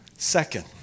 Second